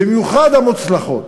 במיוחד המוצלחות.